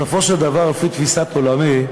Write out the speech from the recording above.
בסופו של דבר, לפי תפיסת עולמי,